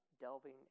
delving